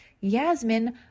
Yasmin